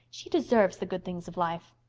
she deserves the good things of life.